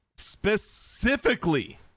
specifically